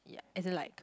as in like